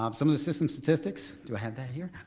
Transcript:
um some of the system statistics, do i have that here,